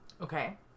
okay